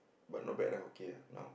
but not bad lah okay lah now